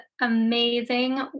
amazing